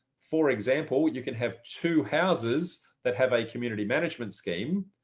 for example, you can have two houses that have a community management scheme.